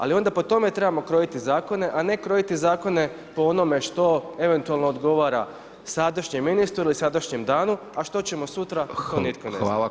Ali onda po tome trebamo krojiti zakone a ne krojiti zakone po onome što eventualno odgovara sadašnjem ministru ili sadašnjem danu a što ćemo sutra, to nitko ne zna.